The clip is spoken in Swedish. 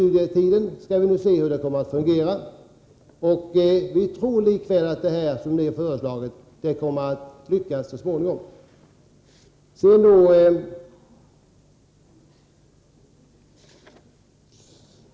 Vi skall nu se hur systemet med självstudietimmarna kommer att fungera. Vi tror att det, som det nu är föreslaget, kommer att lyckas så småningom.